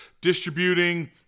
distributing